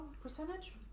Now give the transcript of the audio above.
percentage